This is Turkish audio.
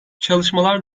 çalışmalar